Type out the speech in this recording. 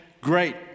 great